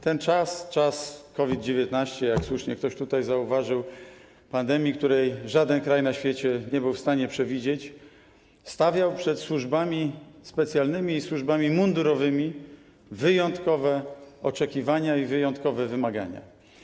Ten czas, czas COVID-19, jak słusznie ktoś tutaj zauważył, pandemii, której żaden kraj na świecie nie był w stanie przewidzieć, stawiał przed służbami specjalnymi i służbami mundurowymi wyjątkowe oczekiwania i wyjątkowe wymagania.